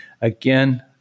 Again